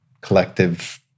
collective